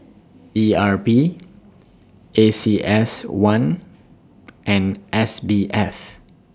E R P A C S one and S B F